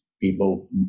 people